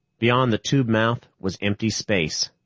beyond the tube mouth was empty space,